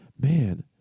man